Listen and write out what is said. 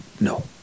No